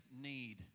need